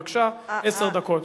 בבקשה, עשר דקות.